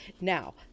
Now